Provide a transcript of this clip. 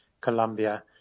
Colombia